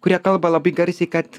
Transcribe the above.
kurie kalba labai garsiai kad